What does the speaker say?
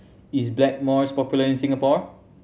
is Blackmores popular in Singapore